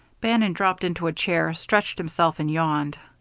bannon dropped into a chair, stretched himself, and yawned.